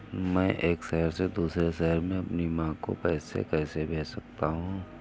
मैं एक शहर से दूसरे शहर में अपनी माँ को पैसे कैसे भेज सकता हूँ?